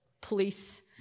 police